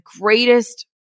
greatest